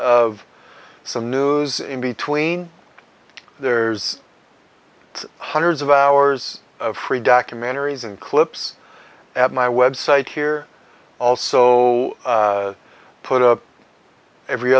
of some news in between there's hundreds of hours of free documentaries and clips at my website here also put up every